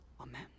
Amen